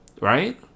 right